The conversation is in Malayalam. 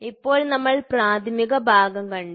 ഇപ്പോൾ നമ്മൾ പ്രാഥമിക ഭാഗം കണ്ടു